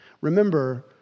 Remember